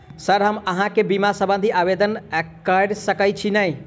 Sir हम अहाँ केँ बीमा संबधी आवेदन कैर सकै छी नै?